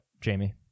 Jamie